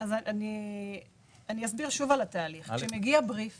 אני אסביר שוב על התהליך: כשמגיע בריף